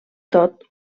tot